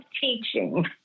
teaching